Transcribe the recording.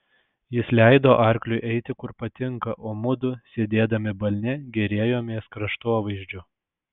jis leido arkliui eiti kur patinka o mudu sėdėdami balne gėrėjomės kraštovaizdžiu